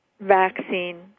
vaccine